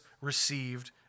received